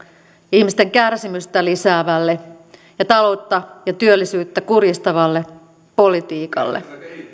ihmisten kärsimystä lisäävälle ja taloutta ja työllisyyttä kurjistavalle politiikalle